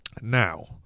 Now